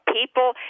people